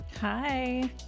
hi